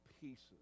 pieces